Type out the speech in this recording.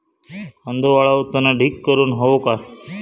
कांदो वाळवताना ढीग करून हवो काय?